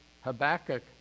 Habakkuk